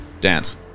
Dance